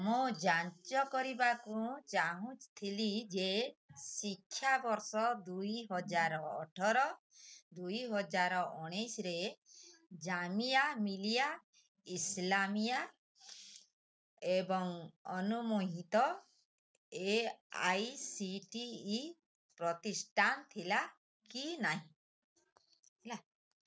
ମୁଁ ଯାଞ୍ଚ କରିବାକୁ ଚାହୁଁଥିଲି ଯେ ଶିକ୍ଷାବର୍ଷ ଦୁଇହାଜରେ ଅଠର ଦୁଇହଜାର ଉଣେଇଶିରେ ଜାମିଆ ମିଲିଆ ଇସ୍ଲାମିଆ ଏକ ଅନୁମୋଦିତ A I C T E ପ୍ରତିଷ୍ଠାନ ଥିଲା କି ନାହିଁ